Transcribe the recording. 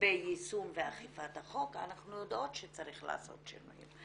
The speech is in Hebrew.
ביישום ואכיפת החוק אנחנו יודעות שצריך לעשות שינויים.